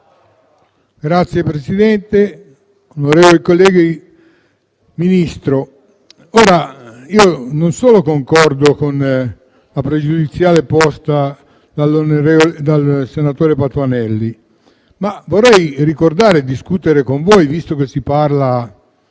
Signora Presidente, onorevoli colleghi, Ministro, non solo concordo con la pregiudiziale posta dal senatore Patuanelli, ma vorrei anche discuterne con voi, visto che si parla